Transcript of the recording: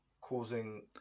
causing